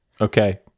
Okay